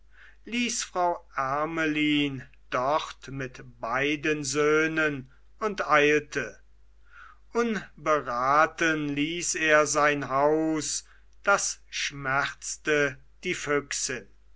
ließ frau ermelyn dort mit beiden söhnen und eilte unberaten ließ er sein haus das schmerzte die füchsin